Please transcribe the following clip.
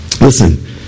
Listen